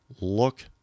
Look